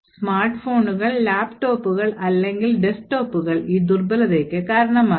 smart ഫോണുകൾ ലാപ്ടോപ്പുകൾ അല്ലെങ്കിൽ ഡെസ്ക്ടോപ്പുകൾ ഈ ദുർബലതയ്ക്ക് കാരണമാകാം